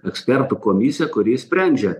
ekspertų komisija kuri sprendžia